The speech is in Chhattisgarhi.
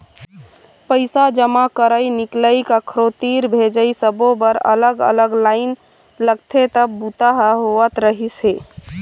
पइसा जमा करई, निकलई, कखरो तीर भेजई सब्बो बर अलग अलग लाईन लगथे तब बूता ह होवत रहिस हे